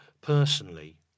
personally